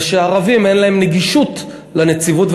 זה שהערבים אין להם נגישות לנציבות,